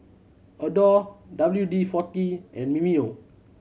Adore W D Forty and Mimeo